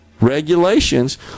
regulations